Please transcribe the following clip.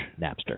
Napster